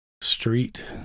street